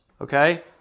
okay